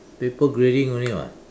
paper grading only [what]